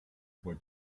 for